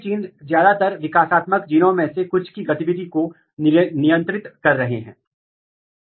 हम उदाहरण लेते हैं कि यदि दोनों रूट की लंबाई को नियंत्रित कर रहे हैं तो क्या वे एक ही रास्ते में काम कर रहे हैं